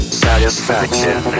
satisfaction